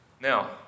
Now